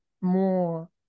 more